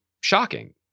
shocking